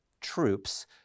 troops